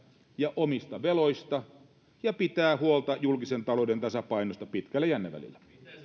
ja omista veloistaan ja pitää huolta julkisen talouden tasapainosta pitkällä jännevälillä